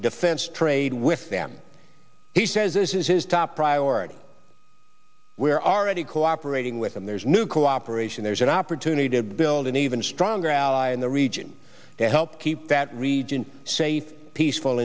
defense trade with them he says this is his top priority where aready cooperating with them there's new cooperation there's an opportunity to build an even stronger ally in the region to help keep that region say a peaceful